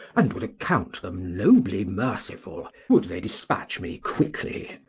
and would account them nobly merciful, would they dispatch me quickly.